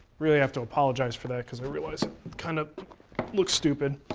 really have to apologize for that, because i realize it kind of looks stupid